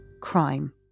crime